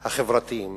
החברתיים